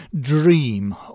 dream